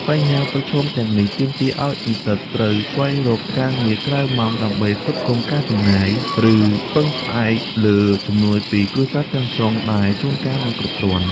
បញ្ហាប្រឈមទាំងនេះទាមទារឲ្យនិស្សិតត្រូវស្វែងរកការងារក្រៅម៉ោងដើម្បីផ្គត់ផ្គង់ការចំណាយ ឬពឹងផ្អែកលើជំនួយពីគ្រួសារទាំងស្រុង ដែលជួនកាលមិនគ្រប់គ្រាន់។